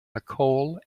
nicole